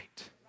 Right